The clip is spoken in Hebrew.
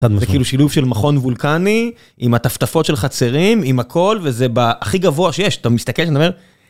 זה כאילו שילוב של מכון וולקני עם הטפטפות של חצרים עם הכל וזה בהכי גבוה שיש, אתה מסתכל ואתה אומר...